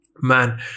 Man